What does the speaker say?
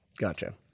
Gotcha